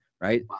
right